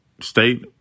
state